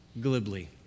glibly